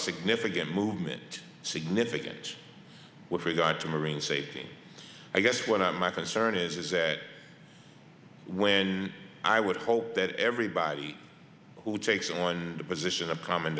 significant movement significant with regard to marine safety i guess what my concern is is that when i would hope that everybody who takes on the position of comm